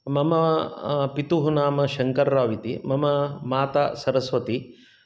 मम पितुः नाम शङ्कर्राव् इति मम माता सरस्वती